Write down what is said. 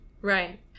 Right